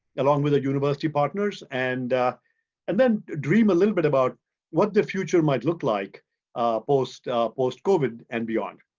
along with the university partners. and and then dream a little bit about what the future might look like post post covid and beyond.